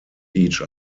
each